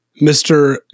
Mr